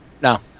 No